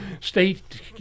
state